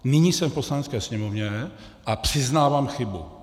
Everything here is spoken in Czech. Nyní jsem v Poslanecké sněmovně a přiznávám chybu.